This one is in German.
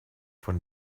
von